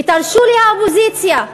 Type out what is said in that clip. ותרשו לי, האופוזיציה,